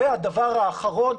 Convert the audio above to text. הדבר האחרון,